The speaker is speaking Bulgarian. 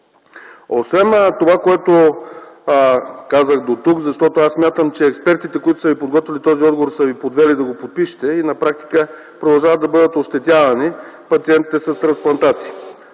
Освен това, което казах дотук, защото аз смятам, че експертите, които са Ви подготвили този отговор, са Ви подвели да го подпишете и на практика продължават да бъдат ощетявани пациентите с трансплантации.